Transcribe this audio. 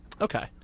Okay